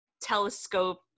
telescope